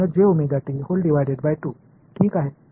எனவே அது மின்சார புலம் செல்லும் வரை உள்ளது